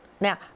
now